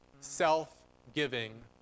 self-giving